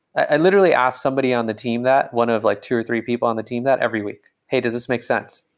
i literally asked somebody on the team that, one of like two or three people on the team that every week, hey, does this make sense?